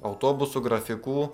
autobusų grafikų